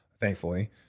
thankfully